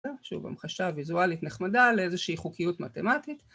שוב המחשה ויזואלית נחמדה לאיזושהי חוקיות מתמטית